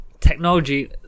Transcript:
technology